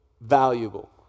valuable